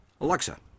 Alexa